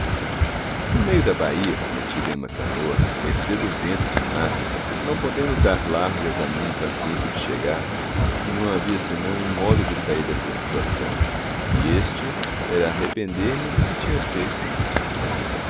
no meio da baía metido em uma canoa à mercê do vento e do mar não podendo dar largas à minha impaciência de chegar não havia senão um modo de sair desta situação e este era arrepender-me do que tinha feito